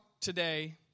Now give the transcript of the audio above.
today